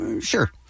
sure